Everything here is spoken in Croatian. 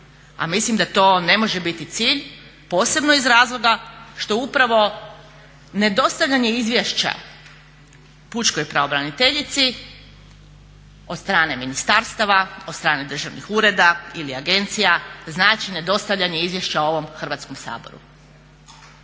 A mislim da to ne može biti cilj posebno iz razloga što upravo ne dostavljanje izvješća pučkoj pravobraniteljici od strane ministarstva, od strane državnih ureda ili agencija znači nedostavljanje izvješća ovom Hrvatskom saboru.